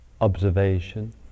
observation